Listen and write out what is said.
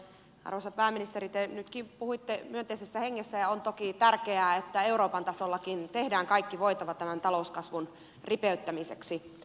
arvoisa pääministeri te nytkin puhuitte myönteisessä hengessä ja on toki tärkeää että euroopan tasollakin tehdään kaikki voitava tämän talouskasvun ripeyttämiseksi